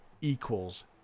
equals